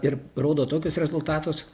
ir rodo tokius rezultatus